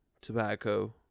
tobacco